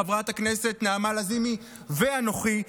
חברת הכנסת נעמה לזימי ואנוכי,